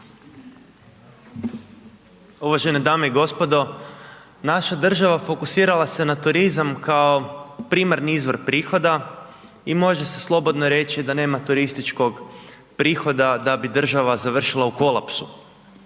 Uvažene dame i gospodo, naša država fokusirala se na turizam kao primarni izvor prihoda i može se slobodno reći da nema turističkog prihoda da bi država završila u kolapsu.